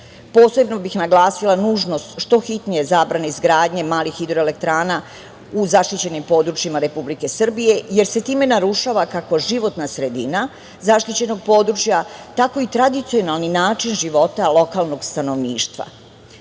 bih naglasila nužnost što hitnije zabrane izgradnje malih hidroelektrana u zaštićenim područjima Republike Srbije, jer se time narušava, kako životna sredina zaštićenog područja, tako i tradicionalni način života lokalnog stanovništva.